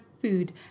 food